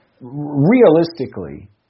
realistically